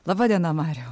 laba diena mariau